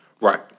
Right